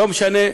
לא משנה.